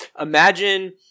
Imagine